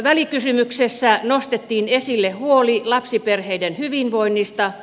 välikysymyksessä nostettiin esille huoli lapsiperheiden hyvinvoinnista